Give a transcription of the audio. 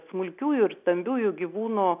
smulkiųjų ir stambiųjų gyvūnų